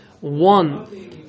One